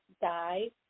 die